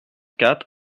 quatre